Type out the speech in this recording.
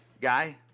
guy